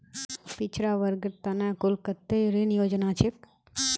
पिछड़ा वर्गेर त न कुल कत्ते ऋण योजना छेक